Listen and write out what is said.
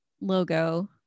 logo